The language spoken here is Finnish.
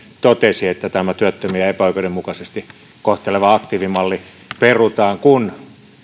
totesi että tämä työttömiä epäoikeudenmukaisesti kohteleva aktiivimalli perutaan kun